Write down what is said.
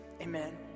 Amen